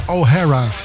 O'Hara